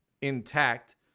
intact